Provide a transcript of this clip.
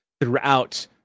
throughout